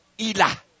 ila